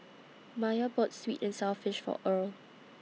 Miya bought Sweet and Sour Fish For Earle